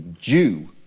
Jew